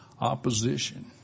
opposition